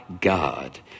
God